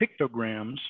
pictograms